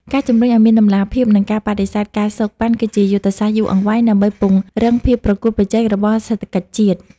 ការជម្រុញឱ្យមានតម្លាភាព និងការបដិសេធ ការសូកប៉ាន់ គឺជាយុទ្ធសាស្ត្រយូរអង្វែងដើម្បីពង្រឹងភាពប្រកួតប្រជែងរបស់សេដ្ឋកិច្ចជាតិ។